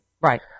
right